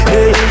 Hey